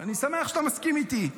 אני שמח שאתה מסכים איתי.